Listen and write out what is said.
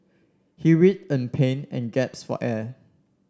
he writhed in pain and gaps for air